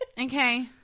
Okay